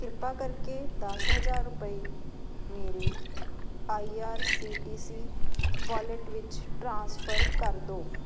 ਕਿਰਪਾ ਕਰਕੇ ਦਸ ਹਜ਼ਾਰ ਰੁਪਏ ਮੇਰੇ I R C T C wallet ਵਿੱਚ ਟ੍ਰਾਂਸਫਰ ਕਰ ਦਿਓ